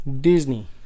Disney